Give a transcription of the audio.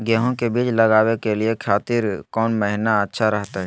गेहूं के बीज लगावे के खातिर कौन महीना अच्छा रहतय?